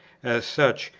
as such,